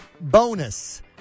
Bonus